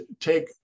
take